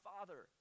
Father